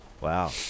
Wow